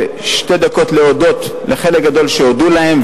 בשתי דקות להודות לחלק גדול שהודו להם,